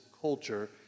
culture